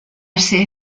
ser